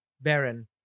Baron